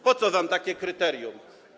Po co wam takie kryterium?